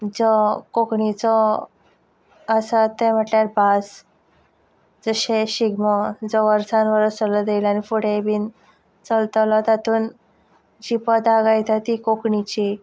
कोंकणीचो आसा तें म्हटल्यार भास जशें शिगमो जो वर्सांत वर्स चलत येला आनी फुडेंय बीन चलतलो तातूंत जीं पदां गायतात तीं कोंकणीचीं